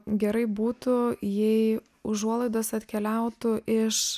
gerai būtų jei užuolaidos atkeliautų iš